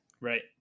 Right